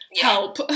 help